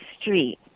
street